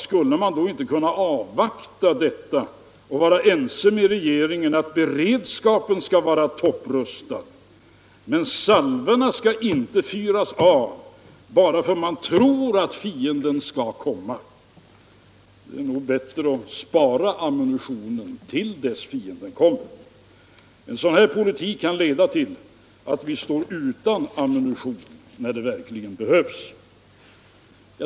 !” skulle man då inte kunna avvakta detta och vara ense med regeringen om att beredskapen skall vara sådan att man är topprustad men att salvorna inte skall fyras av bara för att man tror att fienden skall komma. Det är nog bättre att spara ammunitionen till dess fienden kommer. Oppositionens politik kan annars leda till att vi står utan ammunition när den verkligen behövs.